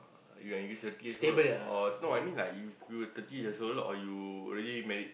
uh when you thirty years old or no I mean like you you thirty years old or you already married